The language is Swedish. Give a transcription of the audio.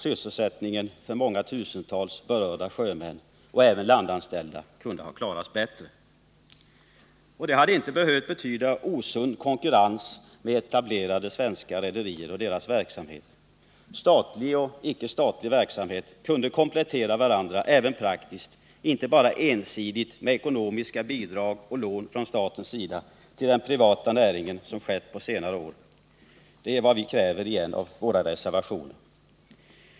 Sysselsättningen för många tusentals berörda sjömän och även landanställda kunde ha klarats bättre. Det hade inte behövt betyda osund konkurrens med etablerade svenska rederier och deras verksamhet. Statlig och icke-statlig verksamhet kunde komplettera varandra även praktiskt — inte bara ensidigt med ekonomiska bidrag och lån från statens sida till den privata näringen, som skett på senare år. Det är vad vi kräver i en av våra reservationer.